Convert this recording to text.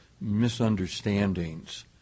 misunderstandings